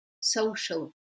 social